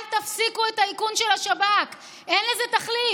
אל תפסיקו את האיכון של השב"כ, אין לזה תחליף.